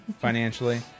financially